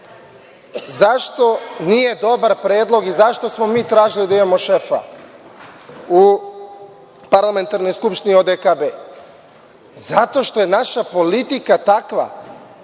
zašto nije dobar predlog i zašto smo mi tražili da imamo šefa u Parlamentarnoj skupštini ODKB? Zato što je naša politika takva